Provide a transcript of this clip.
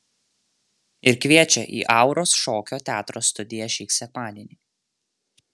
ir kviečia į auros šokio teatro studiją šį sekmadienį